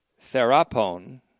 Therapon